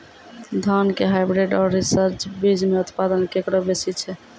धान के हाईब्रीड और रिसर्च बीज मे उत्पादन केकरो बेसी छै?